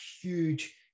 huge